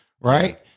Right